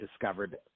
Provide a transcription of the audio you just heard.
discovered